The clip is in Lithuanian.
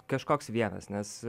kažkoks vienas nes